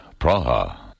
Praha